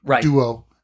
duo